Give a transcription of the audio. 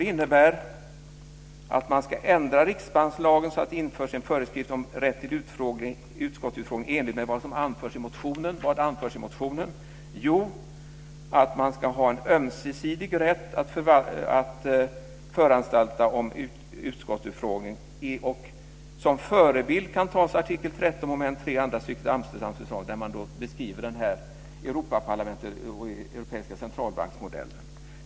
Det innebär att man ska ändra riksbankslagen så att det införs en föreskrift om rätt till utskottsutfrågning enligt vad som anförs i motionen. Vad anförs i motionen? Att man ska ha en ömsesidig rätt att föranstalta om utskottsutfrågning. Som förebild kan tas artikel 13 mom. 3 andra stycket i Amsterdamfördraget, där man beskriver den europeiska centralbanksmodellen.